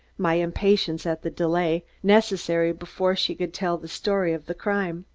my impatience at the delay, necessary before she could tell the story of the crime,